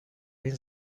این